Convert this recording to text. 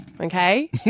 okay